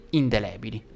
indelebili